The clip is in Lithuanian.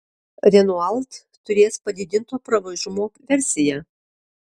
renault turės padidinto pravažumo versiją